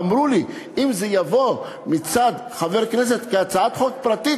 אמרו לי: אם זה יבוא מצד חבר כנסת כהצעת חוק פרטית,